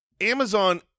Amazon